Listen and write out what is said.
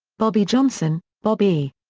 bobbie johnson, bobbie.